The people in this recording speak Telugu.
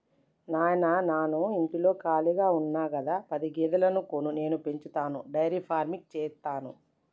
నాయిన నాను ఇంటిలో కాళిగా ఉన్న గదా పది గేదెలను కొను నేను పెంచతాను డైరీ ఫార్మింగ్ సేస్తాను